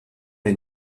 les